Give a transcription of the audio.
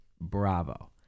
Bravo